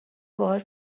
باهاش